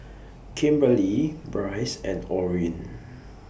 Kimberlee Brice and Orin